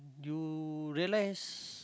you realise